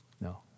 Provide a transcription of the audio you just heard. No